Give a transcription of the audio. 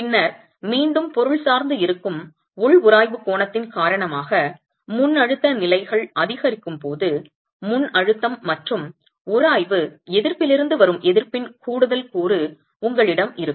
பின்னர் மீண்டும் பொருள் சார்ந்து இருக்கும் உள் உராய்வு கோணத்தின் காரணமாக முன்அழுத்த நிலைகள் அதிகரிக்கும் போது முன்அழுத்தம் மற்றும் உராய்வு எதிர்ப்பிலிருந்து வரும் எதிர்ப்பின் கூடுதல் கூறு உங்களிடம் இருக்கும்